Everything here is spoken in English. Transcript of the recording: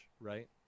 right